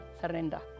surrender